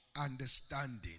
Understanding